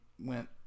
went